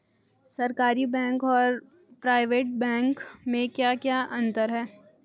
सरकारी बैंक और private bank में क्या क्या अंतर हैं?